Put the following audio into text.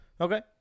Okay